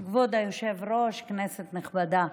כבוד היושב-ראש, כנסת נכבדה,